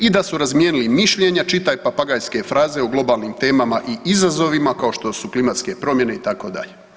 I da su razmijenili mišljenja, čitaj papagajske fraze o globalnim temama i izazovima kao što su klimatske promjene itd.